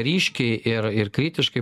ryškiai ir ir kritiškai